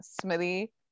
smithy